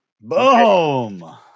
Boom